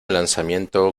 lanzamiento